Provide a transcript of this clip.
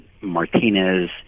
Martinez